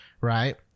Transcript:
Right